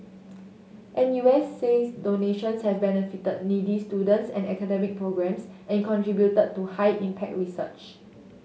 N U S says donations have benefited needy students and academic programmes and contributed to high impact research